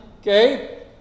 Okay